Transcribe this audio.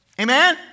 Amen